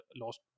lost